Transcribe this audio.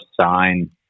sign